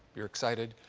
you're excited,